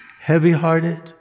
heavy-hearted